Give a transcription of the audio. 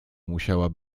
musiała